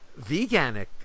veganic